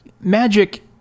magic